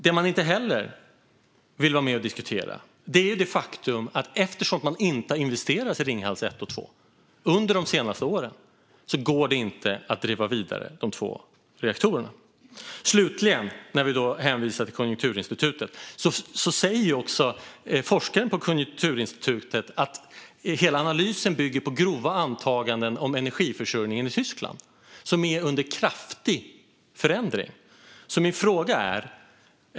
Det man inte heller vill vara med och diskutera är det faktum att eftersom de inte har investerat i Ringhals 1 och 2 under de senaste åren går det inte att driva vidare de två reaktorerna. Man hänvisar slutligen till Konjunkturinstitutet. Forskaren på Konjunkturinstitutet säger att hela analysen bygger på grova antaganden om energiförsörjningen i Tyskland som är under kraftig förändring.